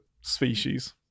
species